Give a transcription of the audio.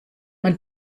man